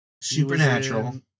Supernatural